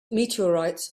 meteorites